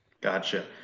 Gotcha